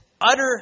utter